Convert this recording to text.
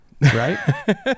right